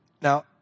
Now